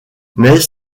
mais